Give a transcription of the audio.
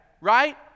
right